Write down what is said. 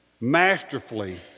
masterfully